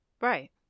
right